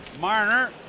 Marner